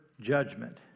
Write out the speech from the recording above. judgment